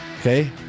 Okay